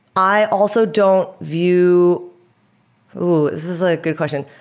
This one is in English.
i also don't view ooh! this is a good question.